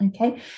Okay